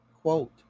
quote